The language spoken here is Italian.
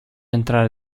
entrare